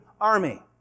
army